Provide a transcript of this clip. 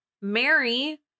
Mary